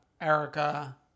Erica